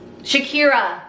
Shakira